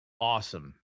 awesome